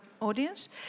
audience